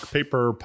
Paper